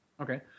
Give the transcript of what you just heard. Okay